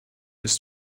his